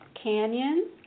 Canyon